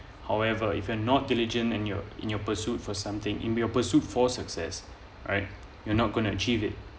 however if you are not diligent in your in your pursuit for something and your pursuit for success alright you're not gonna achieve it